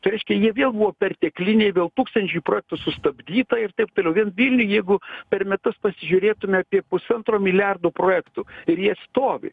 tai reiškia jie vėl buvo pertekliniai vėl tūkstančių projektų sustabdyta ir taip toliau vien vilniuj jeigu per metus pasižiūrėtume apie pusantro milijardo projektų ir jie stovi